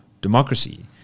democracy